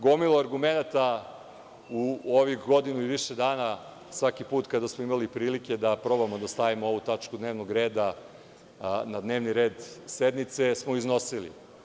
Gomilu argumenata u ovih godinu i više dana svaki put kada smo imali prilike da probamo da stavimo ovu tačku dnevnog reda na dnevni red sednice smo iznosili.